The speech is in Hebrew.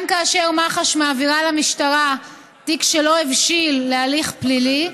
גם כאשר מח"ש מעבירה למשטרה תיק שלא הבשיל להליך פלילי,